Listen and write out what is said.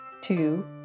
two